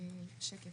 בשקף